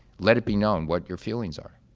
let it be known what your feelings are.